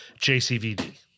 JCVD